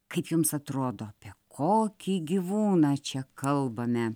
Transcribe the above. kaip jums atrodo apie kokį gyvūną čia kalbame